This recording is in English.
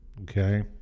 okay